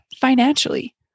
financially